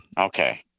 Okay